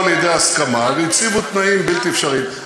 לידי הסכמה והציבו תנאים בלתי אפשריים.